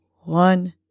one